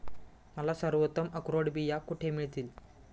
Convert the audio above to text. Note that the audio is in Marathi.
मला सर्वोत्तम अक्रोड बिया कुठे मिळतील